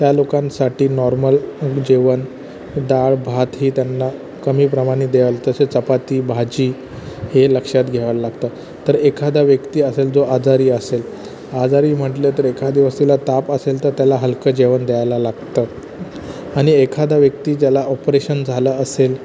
त्या लोकांसाठी नॉर्मल जेवण डाळभात हे त्यांना कमी प्रमाणे द्याल तसे चपाती भाजी हे लक्षात घ्यायला लागतं तर एखादा व्यक्ती असेल जो आजारी असेल आजारी म्हण्टलं तर एखादी व्यक्तीला ताप असेल तर त्याला हलकं जेवण द्यायला लागतं आणि एखादा व्यक्ती ज्याला ऑपरेशन झालं असेल